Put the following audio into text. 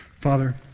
Father